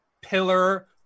pillar